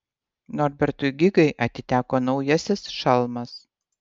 norbertui gigai atiteko naujasis šalmas